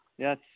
Yes